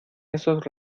esos